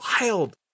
wild